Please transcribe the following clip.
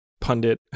pundit